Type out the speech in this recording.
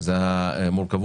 חלק מהתשובות